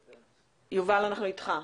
יובל, אנחנו איתך.